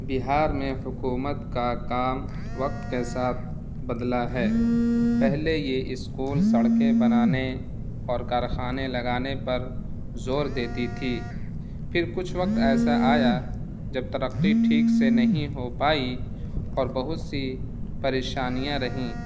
بہار میں حکومت کا کام وقت کے ساتھ بدلا ہے پہلے یہ اسکول سڑکیں بنانے اور کارخانے لگانے پر زور دیتی تھی پھر کچھ وقت ایسا آیا جب ترقی ٹھیک سے نہیں ہو پائی اور بہت سی پریشانیاں رہیں